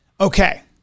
Okay